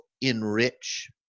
enrich